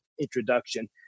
introduction